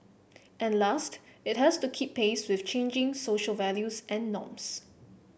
and last it has to keep pace with changing social values and norms